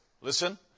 listen